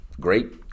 Great